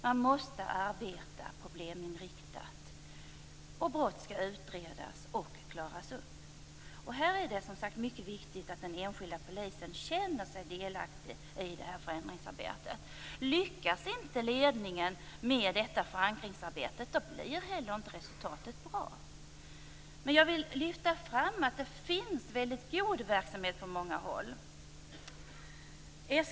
Man måste arbeta probleminriktat, och brott skall utredas och klaras upp. Här är det mycket viktigt att den enskilda polisen känner sig delaktig i förändringsarbetet. Lyckas inte ledningen med detta förankringsarbete blir inte heller resultatet bra. Men jag vill lyfta fram att det finns väldigt god verksamhet på många håll.